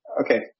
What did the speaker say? Okay